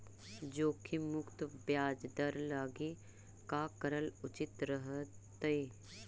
जोखिम मुक्त ब्याज दर लागी का करल उचित रहतई?